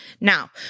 Now